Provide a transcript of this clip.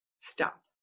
stop